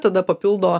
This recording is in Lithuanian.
tada papildo